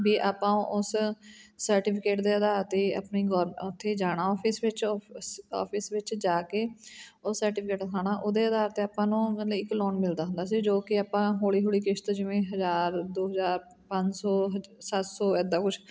ਵੀ ਆਪਾਂ ਉਸ ਸਰਟੀਫਿਕੇਟ ਦੇ ਅਧਾਰ 'ਤੇ ਹੀ ਆਪਣੀ ਉੱਥੇ ਜਾਣਾ ਆਫਿਸ ਵਿੱਚ ਅਫਿਸ ਆਫਿਸ ਵਿੱਚ ਜਾ ਕੇ ਉਹ ਸਰਟੀਫਿਕੇਟ ਦਿਖਾਉਣਾ ਉਹਦੇ ਆਧਾਰ 'ਤੇ ਆਪਾਂ ਨੂੰ ਮਤਲਵ ਇੱਕ ਲੋਨ ਮਿਲਦਾ ਹੁੰਦਾ ਸੀ ਜੋ ਕਿ ਆਪਾਂ ਹੌਲੀ ਹੌਲੀ ਕਿਸ਼ਤ ਜਿਵੇਂ ਹਜ਼ਾਰ ਦੋ ਹਜ਼ਾਰ ਪੰਜ ਸੌ ਸੱਤ ਸੌ ਇੱਦਾਂ ਕੁਛ